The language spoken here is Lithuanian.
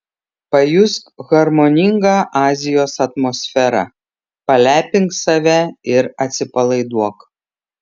pajusk harmoningą azijos atmosferą palepink save ir atsipalaiduok